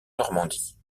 normandie